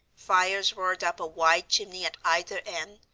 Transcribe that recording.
fires roared up a wide chimney at either end,